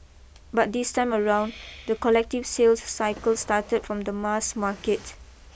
but this time around the collective sales cycle started from the mass market